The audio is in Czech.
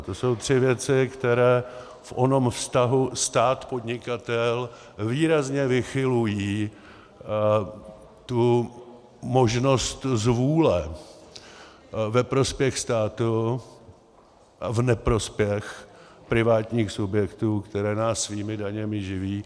To jsou tři věci, které v onom vztahu stát podnikatel výrazně vychylují tu možnost zvůle ve prospěch státu a v neprospěch privátních subjektů, které nás svými daněmi živí.